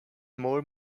more